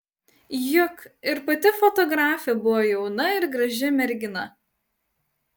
juk ir pati fotografė buvo jauna ir graži mergina